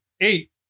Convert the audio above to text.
Eight